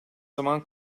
zaman